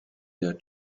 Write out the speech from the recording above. their